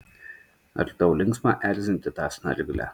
ar tau linksma erzinti tą snarglę